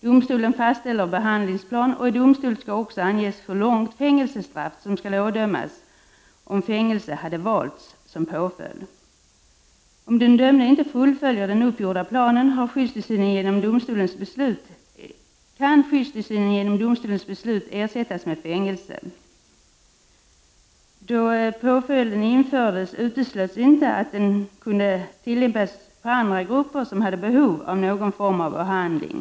Domstolarna fastställer behandlingsplan, och i domslutet skall också anges hur långt fängelsestraff som skulle ha ådömts om fängelse hade valts som påföljd. Om den dömde inte fullföljer den uppgjorda planen kan skyddstillsynen genom domstolens be slut ersättas med fängelse. Då påföljden infördes uteslöts inte att den kunde = Prot. 1989/90:31 tillämpas på andra grupper som hade behov av någon form av behandling.